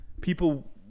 people